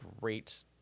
great